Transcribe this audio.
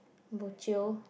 bo jio